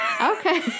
Okay